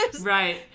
right